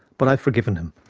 but i've forgiven him.